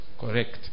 Correct